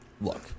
Look